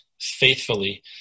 faithfully